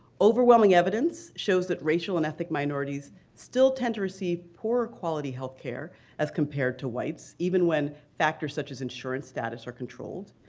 overwhelming evidence shows that racial and ethnic minorities still tend to receive poorer quality health care as compared to whites even when factors such as insurance status are controlled.